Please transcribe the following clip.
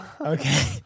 okay